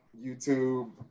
YouTube